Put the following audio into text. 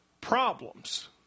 problems